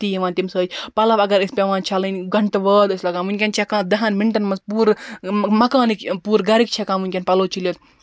یِوان تَمہِ سۭتۍ پَلو اَگر ٲسۍ پٮ۪وان چھلٕنۍ گَنٹہٕ واد ٲسۍ لَگان ؤنکٮ۪ن چھِ ہٮ۪کان دَہن مِنٹَن منٛز پوٗرٕ مَکانٕکۍ پوٗرٕ گرٕکۍ چھِ ہٮ۪کان پَلو چھٔلِتھ